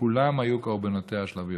כולם היו קורבנותיה של הביורוקרטיה.